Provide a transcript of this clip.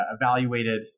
evaluated